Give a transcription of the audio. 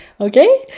Okay